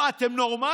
מה, אתם נורמליים?